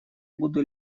буду